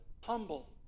humble